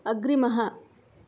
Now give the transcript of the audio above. अग्रिमः